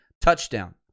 Touchdown